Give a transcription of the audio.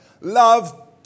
love